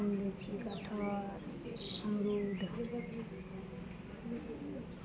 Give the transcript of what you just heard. लिच्ची कटहर अमरूद